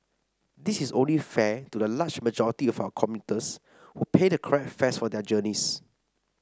this is only fair to the large majority of our commuters who pay the correct fares for their journeys